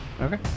Okay